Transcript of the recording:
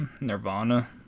Nirvana